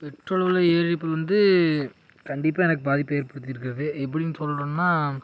petrol விலை ஏறியிருப்பது வந்து கண்டிப்பாக எனக்கு பாதிப்பு ஏற்படுத்திருக்கின்றது எப்படின்னு சொல்லணும்னா